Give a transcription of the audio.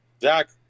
Zach